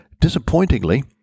Disappointingly